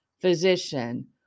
physician